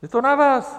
Je to na vás.